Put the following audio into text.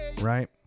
right